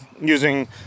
using